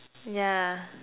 ya